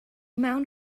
mewn